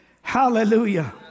hallelujah